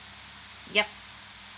yup